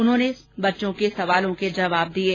उन्होने बच्चों के सवालों के जवाब दिये